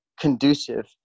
conducive